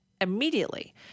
immediately